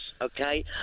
okay